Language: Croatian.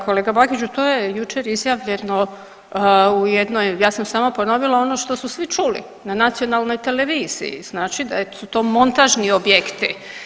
Kolega Bakiću, to je jučer izjavljeno u jednoj, ja sam samo ponovila ono što su svi čuli, na nacionalnoj televiziji, znači da su to montažni objekti.